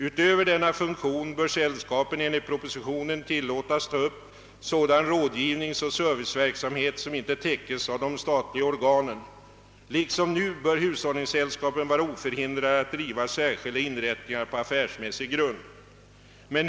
Utöver den funktionen bör sällskapen enligt propositionen tilllåtas att ta upp sådan rådgivningsoch serviceverksamhet som inte täckes av de statliga organen. Liksom nu bör hushållningssällskapen vara oförhindrade att driva särskilda inrättningar på affärsmässig grund.